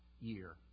year